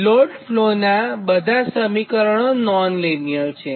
load ફ્લોનાં બધાં સમીકરણો નોન -લીનીયર છે